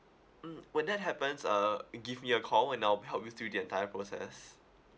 mm when that happens uh give me a call and I'll help you through the entire process